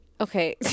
Okay